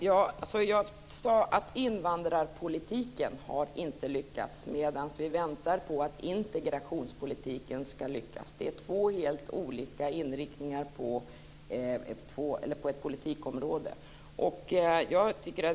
Herr talman! Jag sade att invandrarpolitiken inte har lyckats men att vi väntar på att integrationspolitiken ska lyckas. Det är två helt olika inriktningar på ett politikområde.